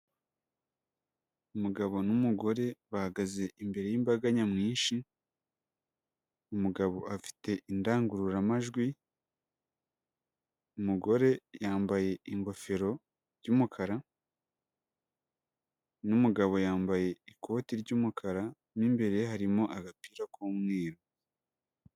Umugabo n'umugore bahagaze imbere y'imbaga nyamwinshi, umugabo afite indangururamajwi, umugore yambaye ingofero y'umukara n'umugabo yambaye ikoti ry'umukara, mo imbere harimo agapira k'umweru.